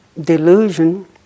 Delusion